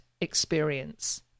experience